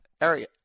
area